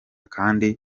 kandi